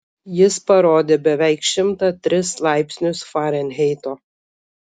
jis parodė beveik šimtą tris laipsnius farenheito